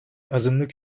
azınlık